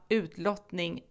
utlottning